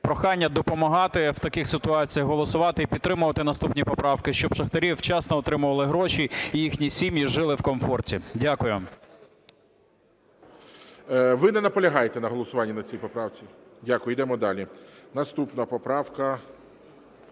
прохання допомагати в таких ситуаціях, голосувати і підтримувати наступні поправки, щоб шахтарі вчасно отримували гроші і їхні сім'ї жили в комфорті. Дякую. ГОЛОВУЮЧИЙ. Ви не наполягаєте на голосуванні на цій поправці? Дякую. Ідемо далі. Наступна поправка…